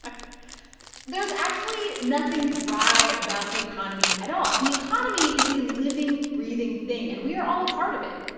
ah there's actually nothing dry about the economy at all. the economy is a living, breathing thing, and we are all a part of it